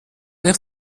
nicht